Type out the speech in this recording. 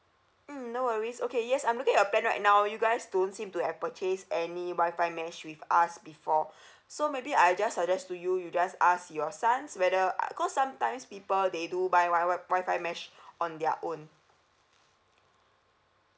mm no worries okay yes I'm looking at your plan right now you guys don't seem to have purchased any wi-fi mesh with us before so maybe I just suggest to you you just ask your sons whether uh because sometimes people they do buy wi~ wi~ wi-fi mesh on their own